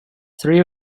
three